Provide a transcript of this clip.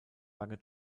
lange